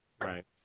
Right